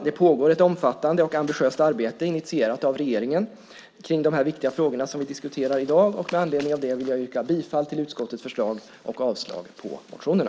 Alltnog pågår det ett omfattande och ambitiöst arbete initierat av regeringen om de viktiga frågor som vi diskuterar i dag. Med anledning av det yrkar jag bifall till utskottets förslag och avslag på motionerna.